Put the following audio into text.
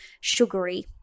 sugary